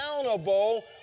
accountable